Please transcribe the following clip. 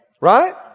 right